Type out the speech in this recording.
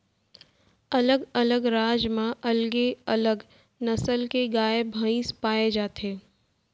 अलग अलग राज म अलगे अलग नसल के गाय भईंस पाए जाथे